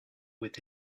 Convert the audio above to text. with